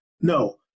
no